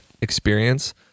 experience